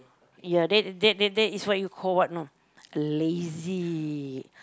ya that that that that is what you call what you know lazy